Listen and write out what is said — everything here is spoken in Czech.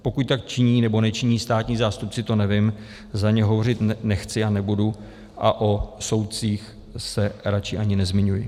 Pokud tak činí nebo nečiní státní zástupci, to nevím, za ně hovořit nechci a nebudu, a o soudcích se raději ani nezmiňuji.